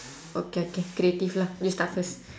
okay okay creative lah you start first